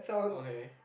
okay